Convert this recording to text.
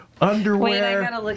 underwear